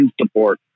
support